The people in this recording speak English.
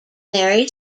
mary